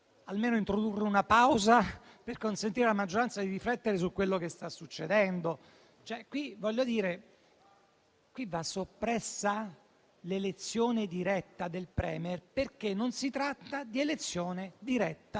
almeno introdurre una pausa, per consentire alla maggioranza di riflettere su quello che sta succedendo. Qui va soppressa l'elezione diretta del *Premier*, perché non si tratta di elezione diretta